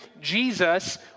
Jesus